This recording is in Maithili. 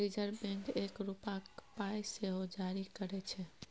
रिजर्ब बैंक एक रुपाक पाइ सेहो जारी करय छै